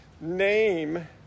name